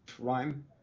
rhyme